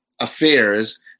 affairs